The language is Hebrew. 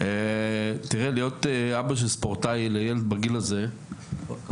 הספורט הזה הוא אחד ענפי הספורט הכי יקרים שיש.